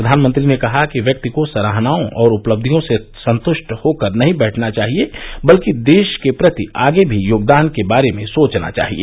प्रधानमंत्री ने कहा कि व्यक्ति को सराहनाओं और उपलब्धियों से संतुष्ट होकर नहीं बैठना चाहिए बल्क देश के प्रति आगे भी योगदान करने के बारे में सोचना चाहिए